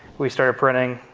we started printing.